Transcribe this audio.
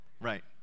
Right